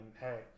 hey